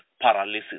paralysis